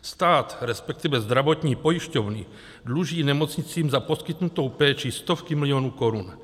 Stát, resp. zdravotní pojišťovny dluží nemocnicím za poskytnou péči stovky milionů korun.